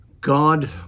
God